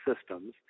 systems